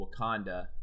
Wakanda